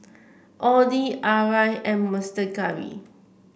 Audi Arai and Monster Curry